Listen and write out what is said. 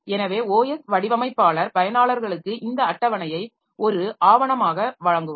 எனவே OS வடிவமைப்பாளர் பயனாளர்களுக்கு இந்த அட்டவணையை ஒரு ஆவணமாக வழங்குவார்